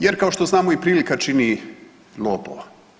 Jer kao što znamo i prilika čini lopova.